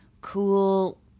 cool